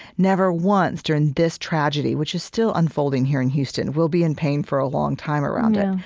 never once during this tragedy, which is still unfolding here in houston we'll be in pain for a long time around it.